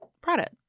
product